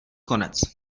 konec